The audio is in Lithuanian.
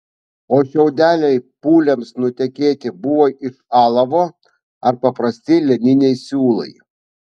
o šiaudeliai pūliams nutekėti buvo iš alavo ar paprasti lininiai siūlai